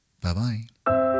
Bye-bye